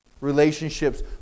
Relationships